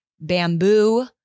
bamboo